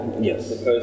Yes